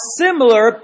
similar